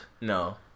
No